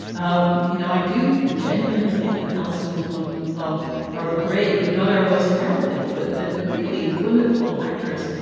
um you know, i do genuinely think that alison is one of our ah great, if not our most heralded but ah really wonderful actors.